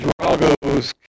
Drago's